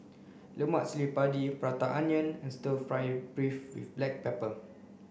lemak cili padi prata onion and stir fry beef with black pepper